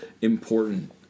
important